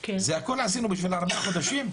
והכל עשינו בשביל ארבעה חודשים?